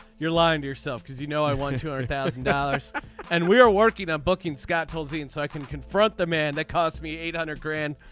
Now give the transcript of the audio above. you're lying to yourself because you know i won two thousand dollars and we are working on booking scott tulsa and so i can confront the man that cost me eight hundred grand.